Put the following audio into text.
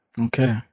Okay